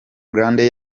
grande